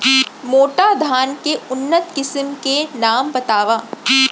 मोटा धान के उन्नत किसिम के नाम बतावव?